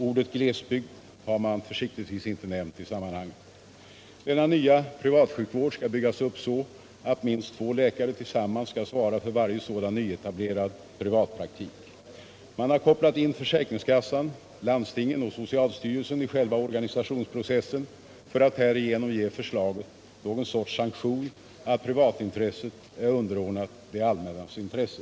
Ordet glesbygd har man försiktigtvis inte nämnt i sammanhanget. Nr 49 i Denna nya privatsjukvård skall byggas upp så att minst tva läkare Tisdagen den tillsammans skall svara för varje sådan nyetablerad privatpraktik. Man 13 december.1977 har kopplat in försäkringskassan, landstingen och socialstyrelsen i själva. organisationsproceduren för att härigenom ge förslaget något slags sank = Individuell taxetion för att privatintresset är underordnat det allmännas intresse.